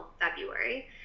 February